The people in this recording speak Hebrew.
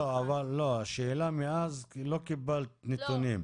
אבל השאלה אם מאז לא קיבלת נתונים?